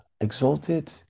exalted